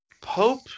Pope